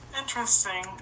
Interesting